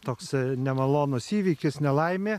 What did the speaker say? toks nemalonus įvykis nelaimė